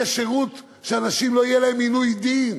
שלאנשים לא יהיה עינוי דין.